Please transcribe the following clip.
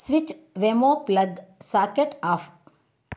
switch Wemo plug socket of